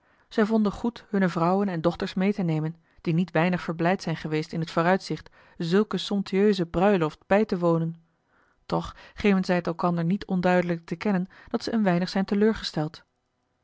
zij vonden goed hunne vrouwen en dochters meê te nemen die niet weinig verblijd zijn geweest in t vooruitzicht zulke somptueuse bruiloft bij te wonen toch geven zij het elkander niet onduidelijk te kennen dat zij een weinig zijn teleurgesteld